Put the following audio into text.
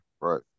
right